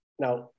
Now